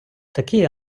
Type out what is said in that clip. такий